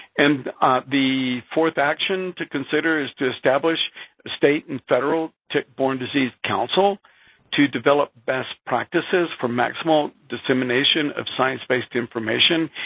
and the fourth action to consider is to establish state and federal tick-borne disease counsel to develop best practices for maximal dissemination of science-based information,